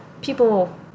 people